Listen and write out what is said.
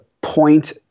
point